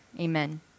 Amen